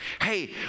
hey